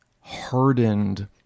hardened